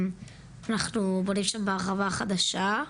אנחנו בונים שם בהרחבה החדשה.